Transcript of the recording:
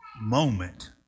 moment